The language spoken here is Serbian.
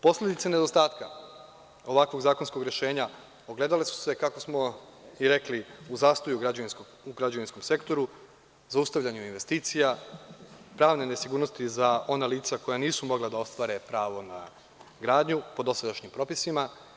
Posledice nedostatka ovakvog zakonskog rešenja ogledale su se kako smo i rekli u zastoju u građevinskom sektoru, zaustavljanju investicija, pravne nesigurnosti za ona lica koja nisu mogla da ostvare pravo na gradnju po dosadašnjim propisima.